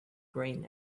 green